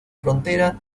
frontera